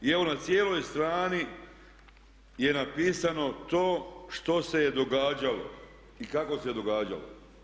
I evo na cijeloj strani je napisano to što se je događalo i kako se je događalo.